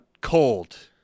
cold